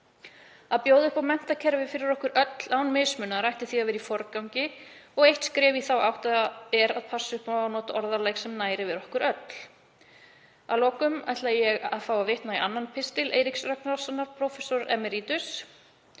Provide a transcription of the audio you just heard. Að bjóða upp á menntakerfi fyrir okkur öll án mismununar ætti því að vera í forgangi og eitt skref í þá átt er að passa upp á að nota orðalag sem nær yfir okkur öll. Að lokum ætla ég að fá að vitna í annan pistil Eiríks Rögnvaldssonar, prófessors emerítus: